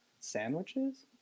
sandwiches